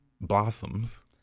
blossoms